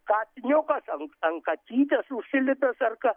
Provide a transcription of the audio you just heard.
katiniukas ant ant katytės užsilipę ar ką